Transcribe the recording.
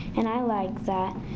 and i like that,